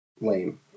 lame